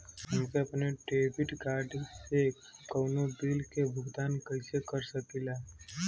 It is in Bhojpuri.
हम अपने डेबिट कार्ड से कउनो बिल के भुगतान कइसे कर सकीला?